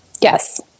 Yes